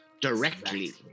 directly